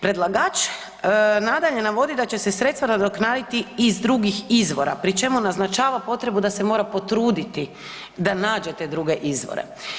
Predlagač nadalje navodi da će se sredstva nadoknaditi iz drugih izvora pri čemu naznačava potrebu da se mora potruditi da nađe te druge izvore.